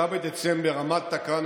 ב-29 בדצמבר עמדת כאן,